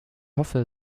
hoffe